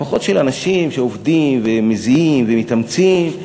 משפחות של אנשים שעובדים, מזיעים ומתאמצים,